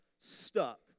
stuck